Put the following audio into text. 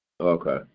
Okay